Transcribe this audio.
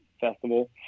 festival